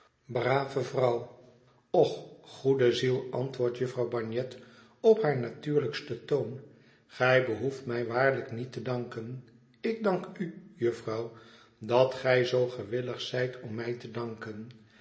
brave vrouw och goede ziel antwoordt jufvrouw bagnet op haar natuurlijksten toon gij behoeft mij waarlijk niet te danken ik dank u jufvrouw dat gij zoo gewillig zijt om mij te danken